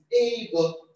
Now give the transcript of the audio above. able